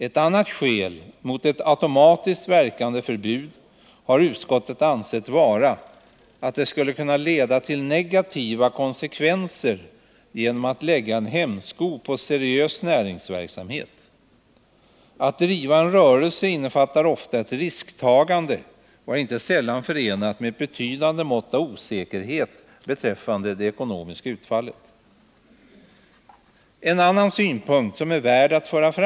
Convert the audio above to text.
Ett annat skäl mot ett automatiskt verkande förbud har utskottet ansett vara att det skulle kunna leda till negativa konsekvenser genom att lägga en hämsko på seriös näringsverksamhet. Att driva en rörelse innefattar ofta ett risktagande och är inte sällan förenat med ett betydande mått av osäkerhet beträffande det ekonomiska utfallet. Om företagsamheten skall kunna fortleva måste man enligt utskottet acceptera att näringsidkare tar inte ringa risker och därför kanske går i konkurs.